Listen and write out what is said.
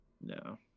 No